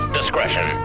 discretion